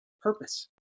purpose